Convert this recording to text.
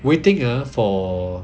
waiting ah for